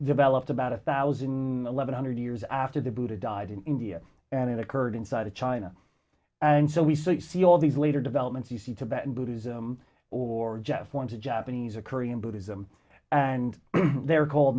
developed about a thousand eleven hundred years after the buddha died in india and it occurred inside of china and so we see all these later developments you see tibet and buddhism or just once a japanese or korean buddhism and they're called